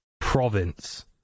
province